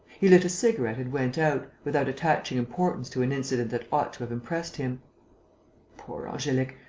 he lit a cigarette and went out, without attaching importance to an incident that ought to have impressed him poor angelique!